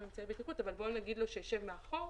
אמצעי בטיחות אבל בואו נגיד לו שישב מאחור